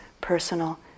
personal